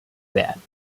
werden